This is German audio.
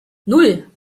nan